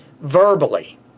verbally